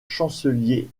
chancelier